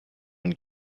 been